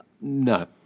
No